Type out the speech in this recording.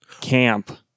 camp